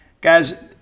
Guys